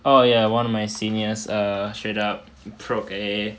oh ya one of my seniors err straight up broke eh